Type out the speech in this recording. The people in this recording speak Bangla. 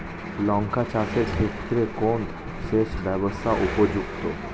লঙ্কা চাষের ক্ষেত্রে কোন সেচব্যবস্থা উপযুক্ত?